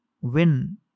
win